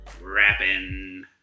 rapping